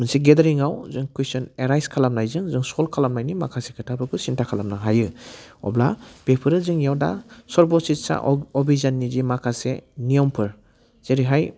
मोनसे गेदारिंआव जों कुइसन एराइस खालामनायजों जों सल्भ खालामनायनि माखासे खोथाफोरखौ सिन्था खालामनो हायो अब्ला बेफोरो जोंनियाव दा सरब'शिक्सा अभिजाननि जि माखासे नियमफोर जेरैहाय